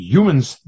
Humans